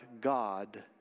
God